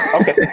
Okay